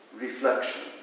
Reflection